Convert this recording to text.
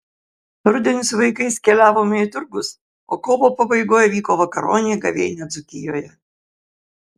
rudenį su vaikais keliavome į turgus o kovo pabaigoje vyko vakaronė gavėnia dzūkijoje